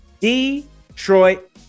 Detroit